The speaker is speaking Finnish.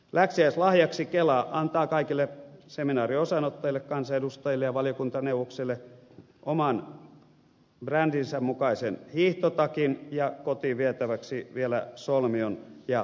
läksiäislahjaksi kela antaa kaikille semi naarin osanottajille kansanedustajille ja valiokuntaneuvoksille oman brändinsä mukaisen hiihtotakin ja kotiin vietäväksi vielä solmion ja huivin